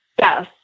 Yes